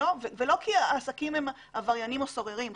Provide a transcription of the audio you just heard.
לא ולא כי העסקים הם עבריינים או סוררים,